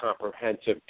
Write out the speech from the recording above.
comprehensive